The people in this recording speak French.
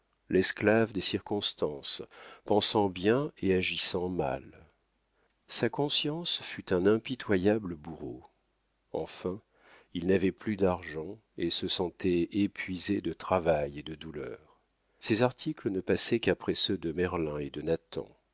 l'esclave des circonstances pensant bien et agissant mal sa conscience fut un impitoyable bourreau enfin il n'avait plus d'argent et se sentait épuisé de travail et de douleur ses articles ne passaient qu'après ceux de merlin et de